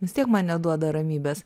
vis tiek man neduoda ramybės